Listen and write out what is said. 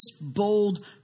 bold